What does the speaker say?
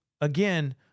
again